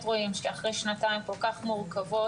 רואים שהילדים מתפרקים אחרי שנתיים כל כך מורכבות,